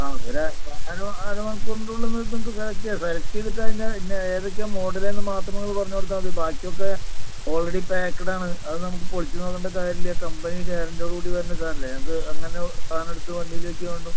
ആ ഒരാഴ്ച്ച അര അരമണിക്കൂറിന്റുള്ളിൽ നിങ്ങൾക്ക് സെലക്ട് ചെയ്യാം സെലക്ട് ചെയ്തിട്ടതിൻ്റെ ഏതൊക്കെയാണ് മോഡലെന്ന് മാത്രമൊന്ന് നിങ്ങള് പറഞ്ഞ് കൊടുത്താൽ മതി ബാക്കിയൊക്കെ ഓൾറെഡി പായ്ക്കഡാണ് അത് നമുക്ക് പൊളിച്ച് നോക്കണ്ട കാര്യമില്ല കമ്പനി ഗ്യാരന്റിയോടു കൂടി വരുന്ന സാധനമല്ലെ ഞങ്ങൾക്ക് അങ്ങനെ സാധനം എടുത്ത് വണ്ടിയില് വയ്ക്കുകയേ വേണ്ടൂ